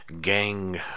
gang